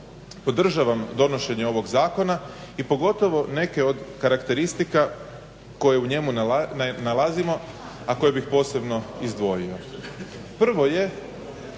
podržavam donošenje ovog zakona i pogotovo neke od karakteristika koje u njemu nalazimo, a koje bih posebno izdvojio. Prvo je